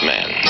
Man